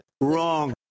Wrong